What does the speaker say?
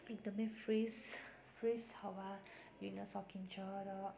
एकदम fresh fresh हावा लिन सकिन्छ र